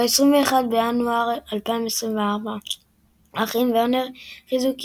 ב-21 בינואר 2024 האחים וורנר הכריזו כי